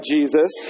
Jesus